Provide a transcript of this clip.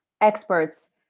experts